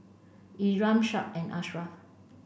Iman Shuib and Ashraff